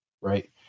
right